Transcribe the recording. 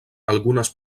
algunes